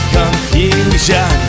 Confusion